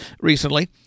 recently